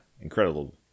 incredible